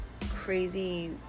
crazy